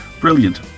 Brilliant